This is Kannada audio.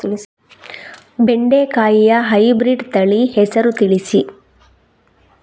ಬೆಂಡೆಕಾಯಿಯ ಹೈಬ್ರಿಡ್ ತಳಿ ಹೆಸರು ತಿಳಿಸಿ?